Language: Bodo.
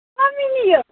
मा मिनियो